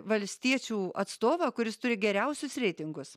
valstiečių atstovą kuris turi geriausius reitingus